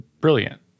brilliant